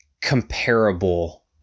comparable